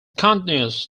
continues